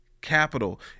capital